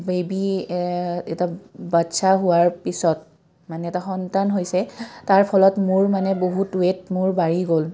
baby এটা বাচ্ছা হোৱাৰ পিছত মানে এটা সন্তান হৈছে তাৰ ফলত মোৰ মানে বহুত ৱেট মোৰ বাঢ়ি গ'ল